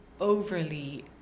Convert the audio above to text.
overly